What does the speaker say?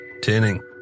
Tinning